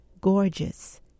gorgeous